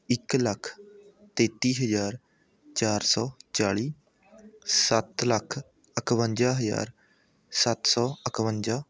ਇੱਕ ਲੱਖ ਤੇਤੀ ਹਜ਼ਾਰ ਚਾਰ ਸੌ ਚਾਲ਼ੀ ਸੱਤ ਲੱਖ ਇਕਵੰਜਾ ਹਜ਼ਾਰ ਸੱਤ ਸੌ ਇਕਵੰਜਾ